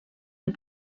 est